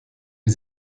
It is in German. wie